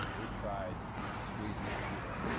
you know we've tried squeezing cuba,